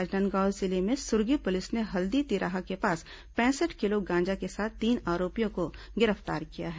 राजनांदगांव जिले में सुरगी पुलिस ने हल्दी तिराहा के पास पैंसठ किलो गांजा के साथ तीन आरोपियों को गिरफ्तार किया है